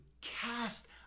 cast